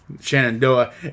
Shenandoah